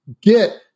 get